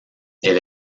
elle